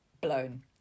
blown